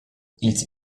ils